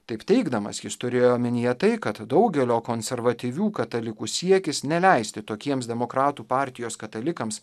taip teigdamas jis turėjo omenyje tai kad daugelio konservatyvių katalikų siekis neleisti tokiems demokratų partijos katalikams